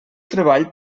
treball